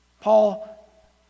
Paul